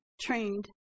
trained